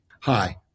Hi